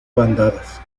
bandadas